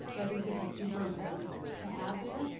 so i think this is super important to have there,